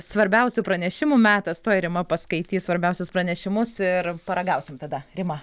svarbiausių pranešimų metas tuoj rima paskaitys svarbiausius pranešimus ir paragausim tada rima